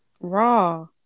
Raw